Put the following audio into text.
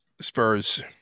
Spurs